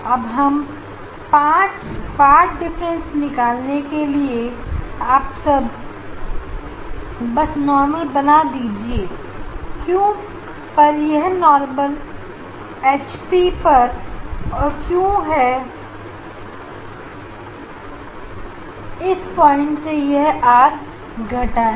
अब हम पांच डिफरेंस निकालने के लिए आप बस नॉर्मल बना दीजिए क्यों पर यह नॉर्मल एचपी पर और यह क्यों पर इस पॉइंट से यह आर - है